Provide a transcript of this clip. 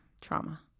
trauma